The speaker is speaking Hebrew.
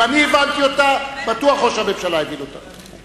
אם אני הבנתי אותה, בטוח שראש הממשלה הבין אותה.